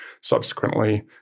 subsequently